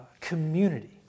community